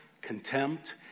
contempt